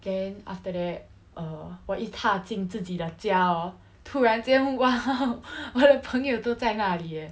then after that err 我一踏进自己的家 orh 突然间 !wah! 我的朋友都在那里 eh